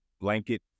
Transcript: blanket